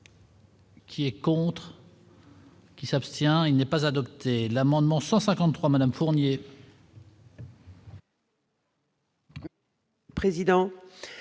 Qui est contre. Qui s'abstient, il n'est pas adopté l'amendement 153 Madame Fournier.